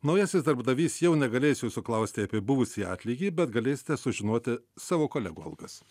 naujasis darbdavys jau negalės jūsų klausti apie buvusį atlygį bet galėsite sužinoti savo kolegų algas